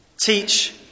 teach